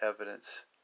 evidence